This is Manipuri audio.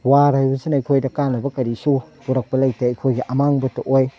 ꯋꯥꯔ ꯍꯥꯏꯕꯁꯤꯅ ꯑꯩꯈꯣꯏꯗ ꯀꯥꯟꯅꯕ ꯀꯔꯤꯁꯨ ꯄꯨꯔꯛꯄ ꯂꯩꯇꯦ ꯑꯩꯈꯣꯏꯒꯤ ꯑꯃꯥꯡꯕꯇ ꯑꯣꯏ